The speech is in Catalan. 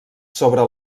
sobre